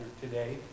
today